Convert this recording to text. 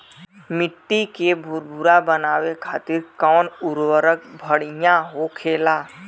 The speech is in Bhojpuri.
मिट्टी के भूरभूरा बनावे खातिर कवन उर्वरक भड़िया होखेला?